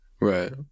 Right